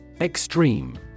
Extreme